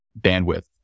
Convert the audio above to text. bandwidth